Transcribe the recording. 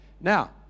Now